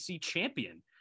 champion